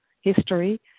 history